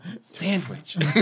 Sandwich